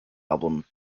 album